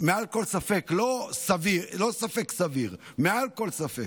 מעל כל ספק, לא ספק סביר, מעל כל ספק.